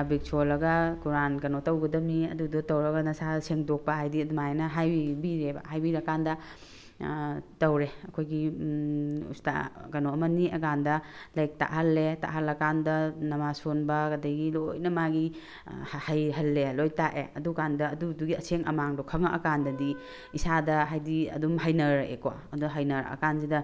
ꯑꯕꯤꯛ ꯁꯣꯜꯂꯒ ꯀꯨꯔꯥꯟ ꯀꯩꯅꯣ ꯇꯧꯒꯗꯕꯅꯤ ꯑꯗꯨꯗꯣ ꯇꯧꯔꯒ ꯅꯁꯥꯗꯣ ꯁꯦꯡꯗꯣꯛꯄ ꯍꯥꯏꯕꯗꯤ ꯑꯗꯨꯃꯥꯏꯅ ꯍꯥꯏꯕꯤꯔꯦꯕ ꯍꯥꯏꯕꯤꯔꯀꯥꯟꯗ ꯇꯧꯔꯦ ꯑꯩꯈꯣꯏꯒꯤ ꯎꯁꯇꯥ ꯀꯩꯅꯣ ꯑꯃ ꯅꯦꯛꯑꯀꯥꯟꯗ ꯂꯥꯏꯔꯤꯛ ꯇꯥꯛꯍꯜꯂꯦ ꯇꯥꯛꯍꯜꯂꯀꯥꯟꯗ ꯅꯃꯥꯖ ꯁꯣꯟꯕ ꯑꯗꯒꯤ ꯂꯣꯏꯅꯃꯛ ꯃꯥꯒꯤ ꯍꯩꯍꯜꯂꯦ ꯂꯣꯏꯅ ꯇꯥꯛꯑꯦ ꯑꯗꯨꯀꯥꯟꯗ ꯑꯗꯨꯗꯨꯒꯤ ꯑꯁꯦꯡ ꯑꯃꯥꯡꯗꯣ ꯈꯪꯉꯛꯑꯀꯥꯟꯗꯗꯤ ꯏꯁꯥꯗ ꯍꯥꯏꯕꯗꯤ ꯑꯗꯨꯝ ꯍꯩꯅꯔꯛꯑꯦꯀꯣ ꯑꯗꯨ ꯍꯩꯅꯔꯛꯑ ꯀꯥꯟꯁꯤꯗ